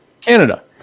Canada